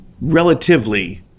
relatively